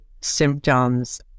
symptoms